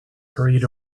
hurried